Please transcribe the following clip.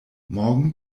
morgen